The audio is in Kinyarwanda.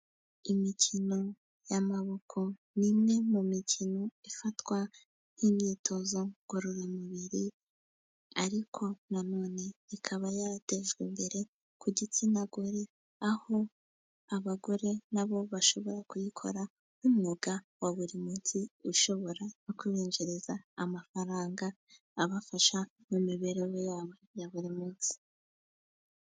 Imikino y'amaboko ni imwe mu mikino ifatwa nk'imyitozo ngororamubiri, ariko nanone ikaba yaratejwe imbere ku gitsina gore aho abagore na bo bashobora kuyikora nk'umwuga wa buri munsi, ushobora no kubinjiriza amafaranga abafasha mu mibereho yabo ya buri munsi.